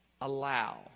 allow